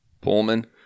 Pullman